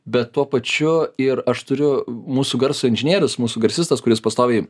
bet tuo pačiu ir aš turiu mūsų garso inžinierius mūsų garsistas kuris pastoviai